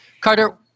Carter